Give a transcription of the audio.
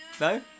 No